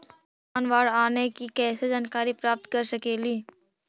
तूफान, बाढ़ आने की कैसे जानकारी प्राप्त कर सकेली?